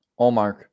Allmark